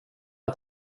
ett